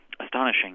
Astonishing